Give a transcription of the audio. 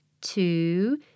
two